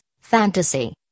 Fantasy